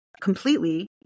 completely